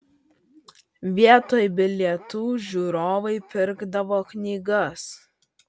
vietoj bilietų žiūrovai pirkdavo knygas